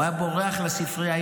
הוא היה בורח לספרייה,